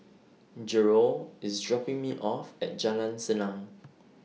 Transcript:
Gerold IS dropping Me off At Jalan Senang